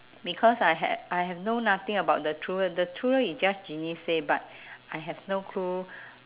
because I had I have know nothing about the true love the true love is just genie say but I have no clue